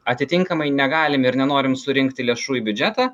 atitinkamai negalim ir nenorim surinkti lėšų į biudžetą